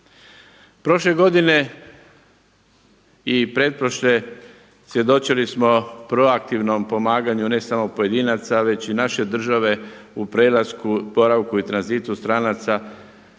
Prošle godine i pretprošle svjedočili smo proaktivnom pomaganju ne samo pojedinaca već i naše države u prelasku, boravku i tranzitu stranaca,